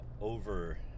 over